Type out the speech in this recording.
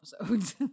episodes